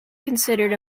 considered